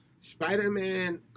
Spider-Man